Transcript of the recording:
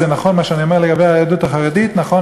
מה שאני אומר לגבי היהדות החרדית נכון